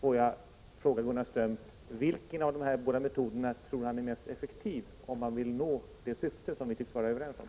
Får jag fråga Gunnar Ström: Vilken av dessa båda metoder tror han är mest effektiv när det gäller att nå det syfte som vi tycks vara överens om?